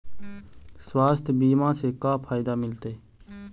स्वास्थ्य बीमा से का फायदा मिलतै?